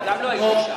אני גם לא הייתי שם.